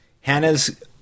Hannah's